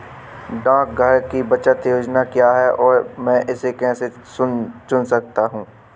डाकघर की बचत योजनाएँ क्या हैं और मैं इसे कैसे चुन सकता हूँ?